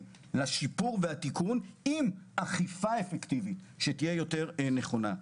לשיפור ולתיקון עם אכיפה אפקטיבית שתהיה נכונה יותר.